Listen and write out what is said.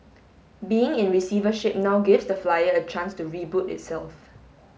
being in receivership now gives the flyer a chance to reboot itself